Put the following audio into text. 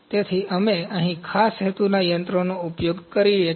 તેથી અમે અહીં ખાસ હેતુના યંત્રોનો ઉપયોગ કરીએ છીએ